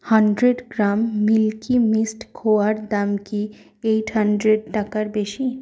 hundred gram Milky Mist খোয়ার দাম কি আটশো টাকার বেশি